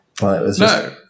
No